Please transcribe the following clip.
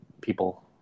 people